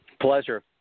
Pleasure